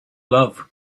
love